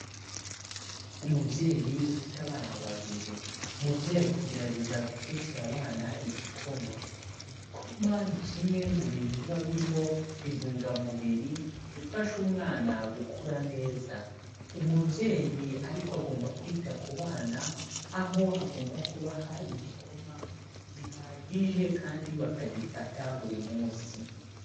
Umubyeyi ufite abana babiri, umubyeyi ari kugerageza gutekera abana igikoma. Igikoma ni kimwe mu bintu biba birimo intungamubiri zifasha umwana gukura neza, umubyeyi ariko agomba kwita ku bana, aho agomba kubaha igikoma gihagije kandi bakagifata buri munsi.